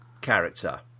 character